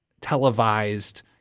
televised